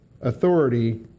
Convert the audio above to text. authority